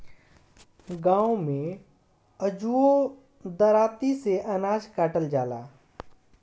गाँव में अजुओ दराँती से अनाज काटल जाला